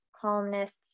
columnists